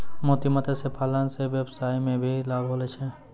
मोती मत्स्य पालन से वेवसाय मे भी लाभ होलो छै